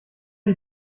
die